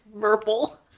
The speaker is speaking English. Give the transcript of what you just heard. purple